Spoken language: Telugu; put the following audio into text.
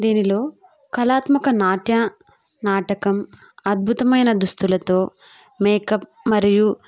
దీనిలో కళాత్మక నాట్య నాటకం అద్భుతమైన దుస్తులతో మేకప్ మరియు